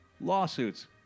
lawsuits